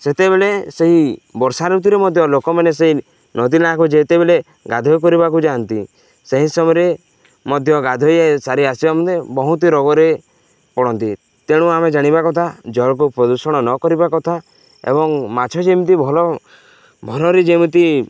ସେତେବେଳେ ସେହି ବର୍ଷା ଋତୁରେ ମଧ୍ୟ ଲୋକମାନେ ସେହି ନଦୀ ନାଳକୁ ଯେତେବେଳେ ଗାଧୋଇ କରିବାକୁ ଯାଆନ୍ତି ସେହି ସମୟରେ ମଧ୍ୟ ଗାଧୋଇ ସାରି ଆସିବା ମଧ୍ୟ ବହୁତ ରୋଗରେ ପଡ଼ନ୍ତି ତେଣୁ ଆମେ ଜାଣିବା କଥା ଜଳକୁ ପ୍ରଦୂଷଣ ନ କରିବା କଥା ଏବଂ ମାଛ ଯେମିତି ଭଲ ଭଲରେ ଯେମିତି